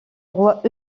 roi